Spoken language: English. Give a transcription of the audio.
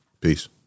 peace